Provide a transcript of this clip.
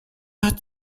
hat